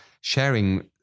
sharing